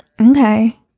Okay